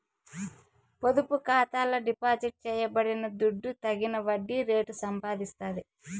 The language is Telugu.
పొదుపు ఖాతాల డిపాజిట్ చేయబడిన దుడ్డు తగిన వడ్డీ రేటు సంపాదిస్తాది